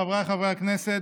חבריי חברי הכנסת,